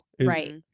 Right